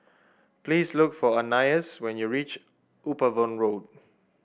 please look for Anais when you reach Upavon Road